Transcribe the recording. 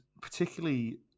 particularly